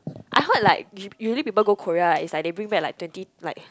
I heard like usually usually people go Korea is like they bring back like twenty like